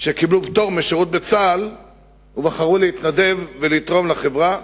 שקיבלו פטור משירות בצה"ל ובחרו להתנדב ולתרום לחברה.